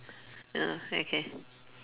ya okay